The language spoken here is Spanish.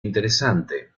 interesante